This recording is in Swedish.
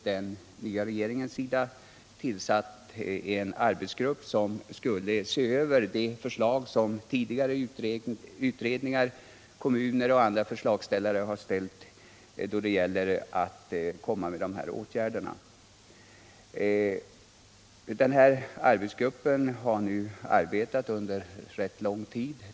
Den nya regeringen har tillsatt en arbetsgrupp som skulle se över de förslag som tidigare utredningar, kommuner och andra förslagsställare har lagt fram. Denna arbetsgrupp har nu arbetat under rätt lång tid.